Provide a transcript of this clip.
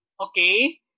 Okay